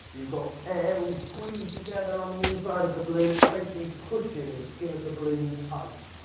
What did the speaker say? you've got air all squeezed together on the inside of the balloon. it's basically pushing the skin of the balloon tight.